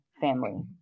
family